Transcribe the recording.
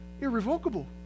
irrevocable